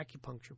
acupuncture